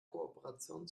kooperation